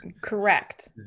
Correct